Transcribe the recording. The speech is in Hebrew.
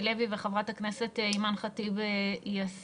לוי וחברת הכנסת אימאן ח'טיב יאסין.